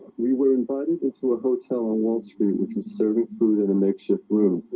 we were invited into a hotel on wall street, which was serving food in a makeshift room